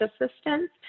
assistance